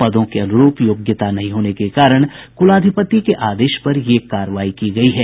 पदों के अनुरूप योग्यता नहीं होने के कारण कुलाधिपति के आदेश पर यह कार्रवाई की गयी है